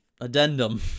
addendum